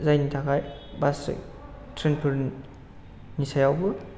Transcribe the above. जायनि थाखाय बास ट्रेन फोरनि सायावबो